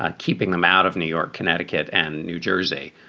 and keeping them out of new york, connecticut and new jersey,